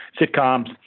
sitcoms